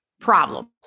problem